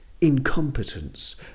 incompetence